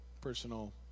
personal